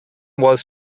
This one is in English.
was